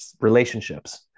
relationships